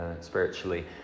spiritually